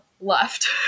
left